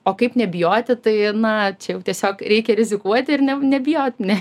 o kaip nebijoti tai na čia jau tiesiog reikia rizikuoti ir ne nebijot ne